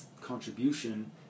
contribution